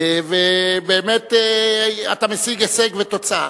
ובאמת אתה משיג הישג ותוצאה.